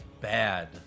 bad